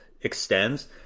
extends